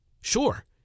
Sure